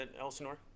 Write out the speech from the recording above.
Elsinore